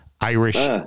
Irish